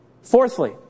Fourthly